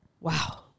Wow